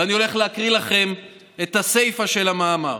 ואני הולך להקריא לכם את הסיפה של המאמר: